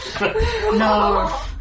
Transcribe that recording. No